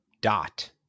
dot